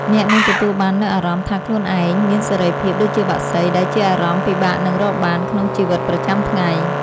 អ្នកនឹងទទួលបាននូវអារម្មណ៍ថាខ្លួនឯងមានសេរីភាពដូចជាបក្សី ដែលជាអារម្មណ៍ពិបាកនឹងរកបានក្នុងជីវិតប្រចាំថ្ងៃ។